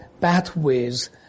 pathways